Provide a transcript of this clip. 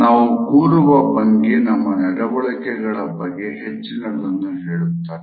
ನಾವು ಕೂರುವ ಭಂಗಿ ನಮ್ಮ ನಡವಳಿಕೆಗಳ ಬಗ್ಗೆ ಹೆಚ್ಚಿನದನ್ನ ಹೇಳುತ್ತದೆ